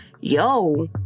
yo